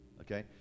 Okay